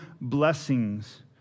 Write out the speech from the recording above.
blessings